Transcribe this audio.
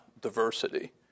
diversity